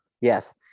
Yes